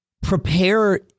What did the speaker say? prepare